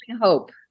hope